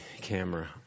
camera